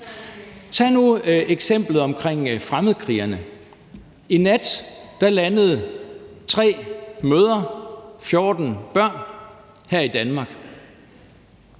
Tag nu eksemplet med fremmedkrigerne. I nat landede 3 mødre, 14 børn her i Danmark.